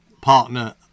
partner